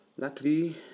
Luckily